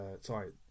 sorry